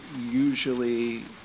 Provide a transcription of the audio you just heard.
usually